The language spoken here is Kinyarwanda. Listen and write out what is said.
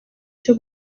cyo